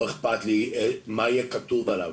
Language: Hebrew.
לא אכפת לי מה יהיה כתוב עליו,